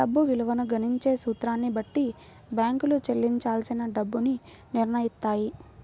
డబ్బు విలువను గణించే సూత్రాన్ని బట్టి బ్యేంకులు చెల్లించాల్సిన డబ్బుని నిర్నయిత్తాయి